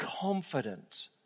confident